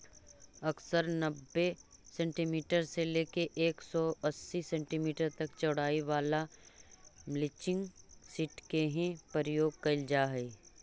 अक्सर नब्बे सेंटीमीटर से लेके एक सौ अस्सी सेंटीमीटर तक चौड़ाई वाला मल्चिंग सीट के ही प्रयोग कैल जा हई